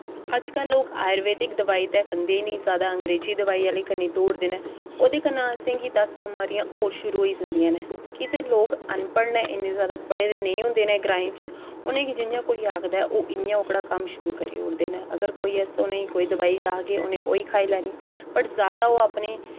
अजकल लोक आयुर्वेद दवाई ते खंदे निं जादा अंग्रेजी दवाई आह्ले पास्सै दौड़दे न ओह्दे कन्नै असेंगी दस बमारियां होर शुरू होई जंदियां न कीजे लोक अनपढ़ न इन्ने जादा पढ़े दे नेईं होंदे न ग्राएं च उ'नें गी जि'यां कोई आखदा ऐ ओह् इ'यां ओह्कड़ा कम्म शुरू करी ओड़दे न अगर कोई अस उ'नें कोई दवाई आखगे उ'नें ओह् ई खाई लैनी बट जादा ओह् अपने